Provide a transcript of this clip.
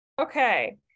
Okay